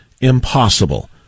impossible